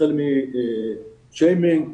החל משיימינג,